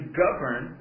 govern